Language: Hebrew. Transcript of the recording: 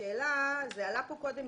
זה עלה כאן קודם.